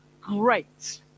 great